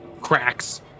cracks